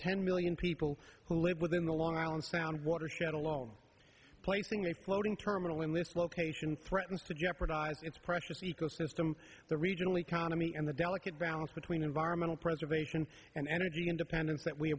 ten million people who live within the long island sound watershed alone placing a floating terminal in this location threatens to jeopardize its precious ecosystem the regional economy and the delicate balance between environmental preservation and energy independence that we